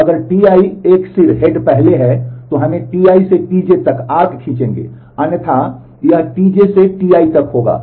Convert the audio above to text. तो अगर Ti एक सिर खीचेंगे अन्यथा यह Tj से Ti तक होगा